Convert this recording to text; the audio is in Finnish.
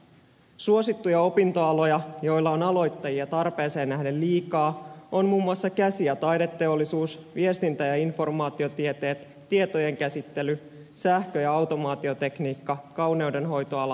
suosittuja opintoaloja joilla on aloittajia tarpeeseen nähden liikaa ovat muun muassa käsi ja taideteollisuus viestintä ja informaatiotieteet tietojenkäsittely sähkö ja automaatiotekniikka kauneudenhoitoala ja matkailuala